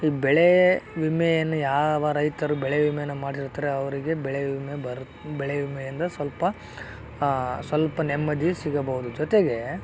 ಈ ಬೆಳೆ ವಿಮೆಯನ್ನು ಯಾವ ರೈತರು ಬೆಳೆ ವಿಮೆಯನ್ನು ಮಾಡಿರುತ್ತಾರೆ ಅವರಿಗೆ ಬೆಳೆ ವಿಮೆ ಬರು ಬೆಳೆ ವಿಮೆಯಿಂದ ಸ್ವಲ್ಪ ಸ್ವಲ್ಪ ನೆಮ್ಮದಿ ಸಿಗಬಹುದು ಜೊತೆಗೆ